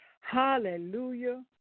Hallelujah